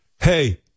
Hey